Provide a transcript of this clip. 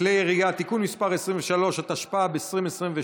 כלי הירייה (תיקון מס' 23), התשפ"ב 2022,